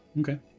Okay